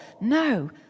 No